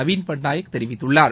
நவீன் பட்நாயக் தெரிவித்துள்ளார்